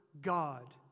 God